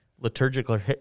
liturgical